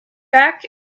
back